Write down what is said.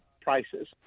prices